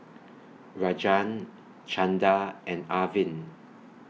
Rajan Chanda and Arvind